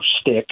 stick